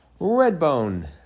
Redbone